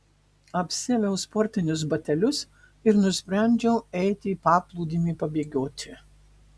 apsiaviau sportinius batelius ir nusprendžiau eiti į paplūdimį pabėgioti